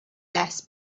less